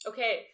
Okay